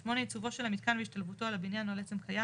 (8) עיצובו של המיתקן והשתלבותו על הבניין או על עצם קיים,